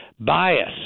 Bias